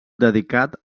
dedicat